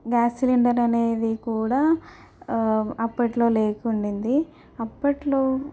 gas cylinder అనేది కూడా అప్పట్లో లేకుండేది అప్పట్లో